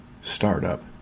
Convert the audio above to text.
startup